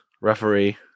referee